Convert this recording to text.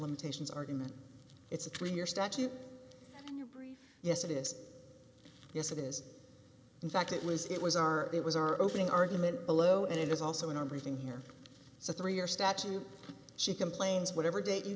limitations argument it's a three year statute brief yes it is yes it is in fact it was it was our it was our opening argument below and it is also in our briefing here so three or statute she complains whatever date you